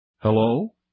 Hello